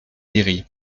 guéri